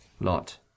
lot